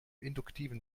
induktiven